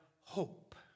hope